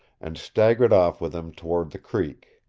and staggered off with him toward the creek.